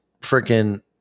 freaking